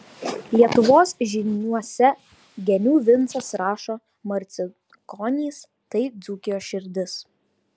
lietuvos žyniuose genių vincas rašo marcinkonys tai dzūkijos širdis